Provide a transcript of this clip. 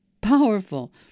powerful